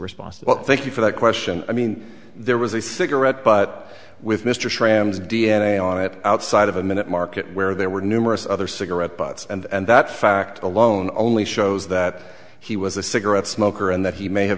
response well thank you for that question i mean there was a cigarette butt with mr strands of d n a on it outside of a minute market where there were numerous other cigarette butts and that fact alone only shows that he was a cigarette smoker and that he may have